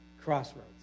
crossroads